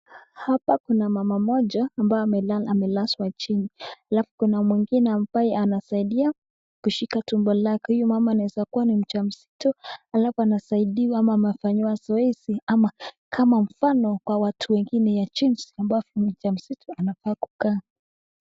Hapa kuna mama mmoja ambaye amelazwa chini, halafu kuna mwingine ambaye anasaidia kushika tumbo lake, huyu mama anaweza kuwa ni mjamzito halafu anasaidiwa ama anafanyiwa zoezi ama kama kwa watu wengine ya jinsi ambavyo mjamzito anaafaa kukaa.